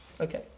Okay